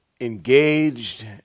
engaged